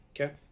Okay